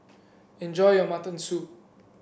enjoy your Mutton Soup